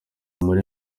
muri